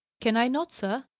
can i not, sir?